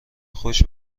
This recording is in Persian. خشک